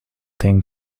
thing